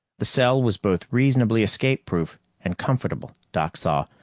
the cell was both reasonably escape-proof and comfortable, doc saw,